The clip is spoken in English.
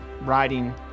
riding